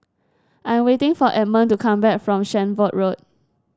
I am waiting for Edmond to come back from Shenvood Road